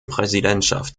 präsidentschaft